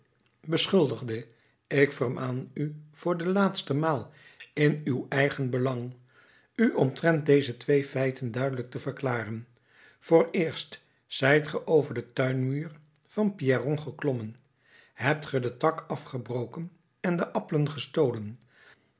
beschuldigde ik vermaan u voor de laatste maal in uw eigen belang u omtrent deze twee feiten duidelijk te verklaren vooreerst zijt ge over den tuinmuur van pierron geklommen hebt ge den tak afgebroken en de appelen gestolen